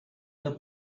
the